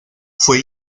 fue